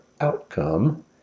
outcome